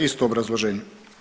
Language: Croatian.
Isto obrazloženje.